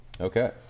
Okay